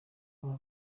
abo